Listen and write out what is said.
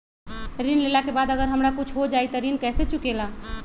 ऋण लेला के बाद अगर हमरा कुछ हो जाइ त ऋण कैसे चुकेला?